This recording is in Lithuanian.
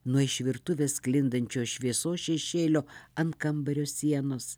nuo iš virtuvės sklindančio šviesos šešėlio ant kambario sienos